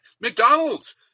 McDonald's